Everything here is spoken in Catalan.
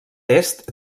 est